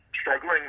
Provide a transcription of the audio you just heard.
Struggling